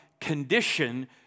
condition